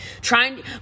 trying